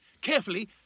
Carefully